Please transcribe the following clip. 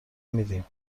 میدیم